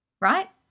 right